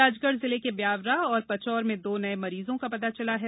राजगढ़ जिले के ब्यावरा और पचोर में दो नये मरीजों का पता चला है